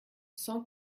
sans